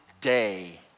day